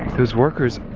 those workers?